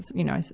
you know,